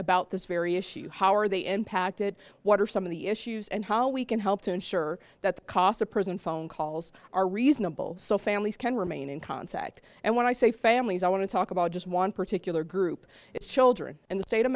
about this very issue how are they impacted what are some of the issues and how we can help to ensure that the cost of prison phone calls are reasonable so families can remain in contact and when i say families i want to talk about just one particular group it's children in the state of